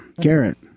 Garrett